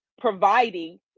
providing